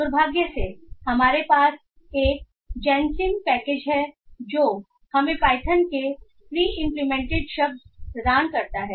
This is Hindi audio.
दुर्भाग्य से हमारे पास एक जैनसिम पैकेज है जो हमें पाइथन के प्रीइंप्लीमेंटेड शब्द प्रदान करता है